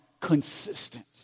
consistent